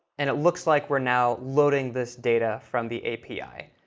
and it looks like we're now loading this data from the api.